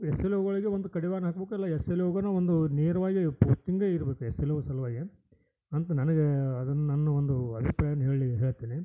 S L ಓಗಳಿಗೆ ಒಂದು ಕಡಿವಾಣ ಹಾಕಬೇಕು ಇಲ್ಲ ಎಸ್ ಎಲ್ ಓಗೇನೇ ಒಂದು ನೇರವಾಗೆ ಪೋಸ್ಟಿಂಗೆ ಇರ್ಬೇಕು ಎಸ್ ಎಲ್ ಓ ಸಲುವಾಗಿ ಅಂತ ನನಗೇ ಅದನ್ನು ನನ್ನ ಒಂದು ಅಭಿಪ್ರಾಯವನ್ನು ಹೇಳಿ ಹೇಳ್ತೀನಿ